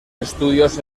estudios